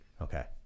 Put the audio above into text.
Okay